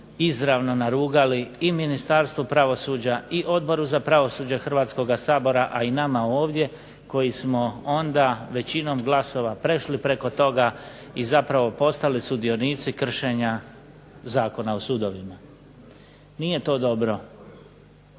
izravno narugali i Ministarstvu pravosuđa, i Odboru za pravosuđe Hrvatskoga sabora, a i nama ovdje, koji smo onda većinom glasova prešli preko toga, i zapravo postali sudionici kršenja Zakona o sudovima. Nije to dobro.